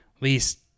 least